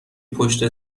پشت